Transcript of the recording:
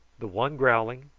the one growling,